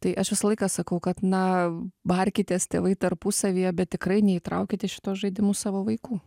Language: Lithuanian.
tai aš visą laiką sakau kad na barkitės tėvai tarpusavyje bet tikrai neįtraukit į šituos žaidimus savo vaikų